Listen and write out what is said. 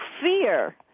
fear